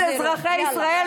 היא צריכה לרדת.